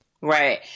right